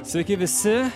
sveiki visi